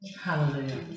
Hallelujah